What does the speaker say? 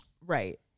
right